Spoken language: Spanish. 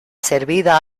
servida